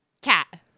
Cat